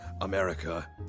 America